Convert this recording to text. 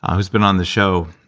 who's been on the show,